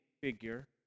figure